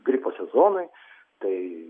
gripo sezonui tai